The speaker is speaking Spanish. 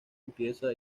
empieza